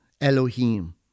Elohim